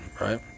right